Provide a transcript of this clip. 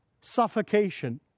suffocation